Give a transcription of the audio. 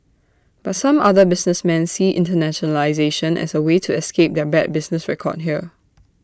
but some other businessmen see internationalisation as A way to escape their bad business record here